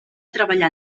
treballar